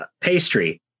pastry